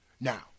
Now